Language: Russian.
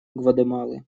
гватемалы